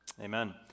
amen